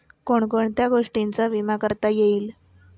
कोण कोणत्या गोष्टींचा विमा करता येईल?